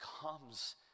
comes